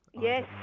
Yes